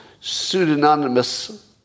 pseudonymous